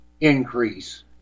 increase